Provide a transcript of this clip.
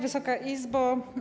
Wysoka Izbo!